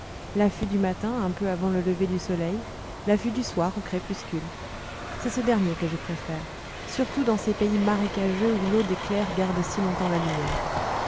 l'affût du matin un peu avant le lever du soleil l'affût du soir au crépuscule c'est ce dernier que je préfère surtout dans ces pays marécageux où l'eau des clairs garde si longtemps la lumière